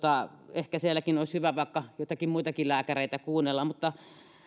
ehkä sielläkin olisi hyvä vaikka joitakin muitakin lääkäreitä kuunnella mutta